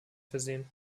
versehen